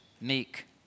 meek